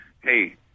hey